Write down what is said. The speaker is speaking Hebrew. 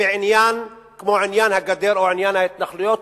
בעניין כמו עניין הגדר או עניין ההתנחלויות,